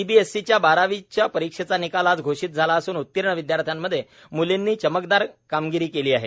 CBSC च्या बारावीच्या परिक्षेचा निकाल आज घोषित झाला असून उत्तीर्ण विदयार्थ्यामध्ये मुलींनी चमकदार कामगिरी केली आहे